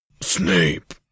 Snape